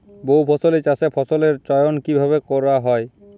বহুফসলী চাষে ফসলের চয়ন কীভাবে করা হয়?